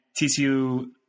TCU